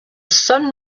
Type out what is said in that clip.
sun